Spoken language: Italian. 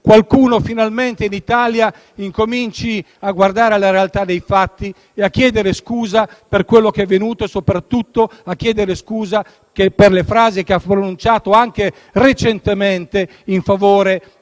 qualcuno finalmente in Italia cominci a guardare alla realtà dei fatti e a chiedere scusa per quanto è avvenuto e soprattutto per le frasi pronunciate, anche recentemente, in favore